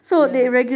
ya